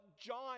John